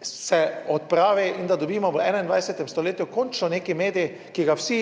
se odpravi in da dobimo v 21. stoletju končno nek medij, ki ga vsi,